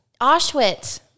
Auschwitz